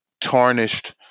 tarnished